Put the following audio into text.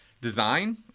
design